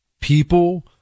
People